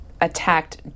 attacked